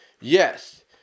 Yes